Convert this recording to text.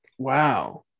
Wow